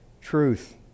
truth